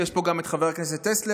ויש פה גם את חבר הכנסת טסלר,